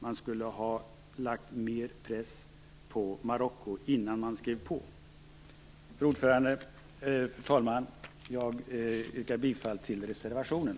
Man skulle ha satt mer press på Marocko innan man skrev på avtalet. Fru talman! Jag yrkar bifall till reservationen.